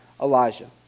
Elijah